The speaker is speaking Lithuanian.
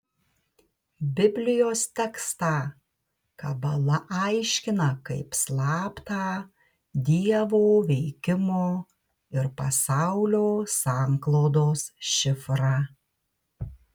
biblijos tekstą kabala aiškina kaip slaptą dievo veikimo ir pasaulio sanklodos šifrą